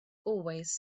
always